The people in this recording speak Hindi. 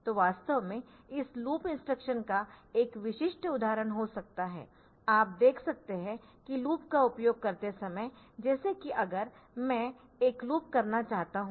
तो वास्तव में इस लूप इंस्ट्रक्शन का एक विशिष्ट उदाहरण हो सकता है आप देख सकते है कि लूप का उपयोग करते समय जैसे कि अगर मैं एक लूप करना चाहता हूं